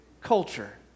culture